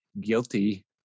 Guilty